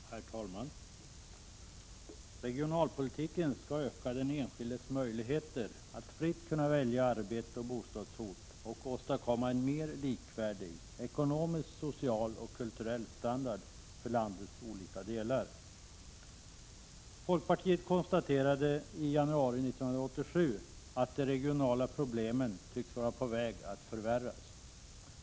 Herr talman! Regionalpolitiken skall öka den enskildes möjligheter att fritt välja arbete och bostadsort och åstadkomma en mer ekonomisk, social och kulturell standard för landets olika delar. Folkpartiet konstaterade i januari 1987 att de regionala problemen tycks vara på väg att förvärras.